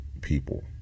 people